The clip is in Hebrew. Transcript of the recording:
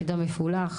מידע מפולח.